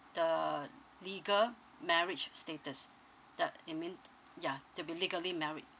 the legal marriage status the it mean ya to be legally married